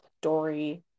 story